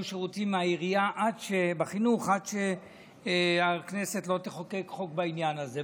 שירותים מהעירייה בחינוך עד שהכנסת לא תחוקק חוק בעניין הזה.